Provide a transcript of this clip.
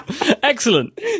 excellent